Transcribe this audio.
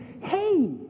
hey